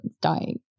dying